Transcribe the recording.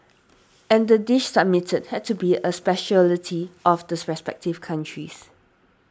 and the dish submitted had to be a speciality of this respective countries